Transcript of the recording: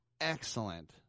excellent